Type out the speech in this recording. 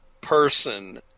person